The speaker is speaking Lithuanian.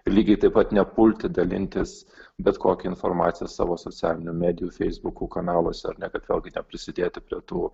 lygiai taip pat nepulti dalintis bet kokia informacija savo socialinių medijų feisbukų kanaluose ar ne kad vėlgi neprisidėti prie tų